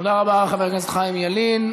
תודה רבה לחבר הכנסת חיים ילין.